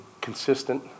Consistent